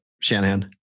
Shanahan